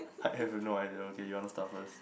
I have no idea okay you want to start first